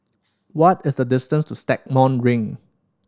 what is the distance to Stagmont Ring